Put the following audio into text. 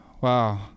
Wow